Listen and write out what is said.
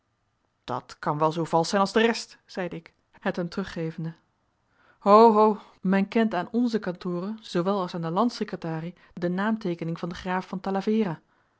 dat kan wel zoo valsch zijn als de rest zeide ik het hem teruggevende ho ho men kent aan onze kantoren zoowel als aan de landssecretarie de naamteekening van den graaf van